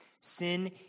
Sin